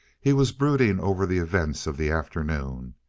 he was brooding over the events of the afternoon.